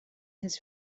his